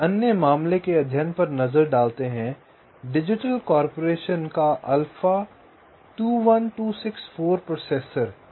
एक अन्य मामले के अध्ययन पर नज़र डालते हैं डिजिटल कारपोरेशन का अल्फा 21264 प्रोसेसर